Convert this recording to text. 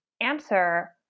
answer